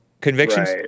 convictions